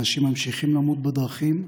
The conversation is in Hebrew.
אנשים ממשיכים למות בדרכים,